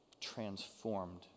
transformed